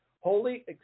holy